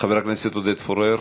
חבר הכנסת עודד פורר,